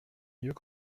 mieux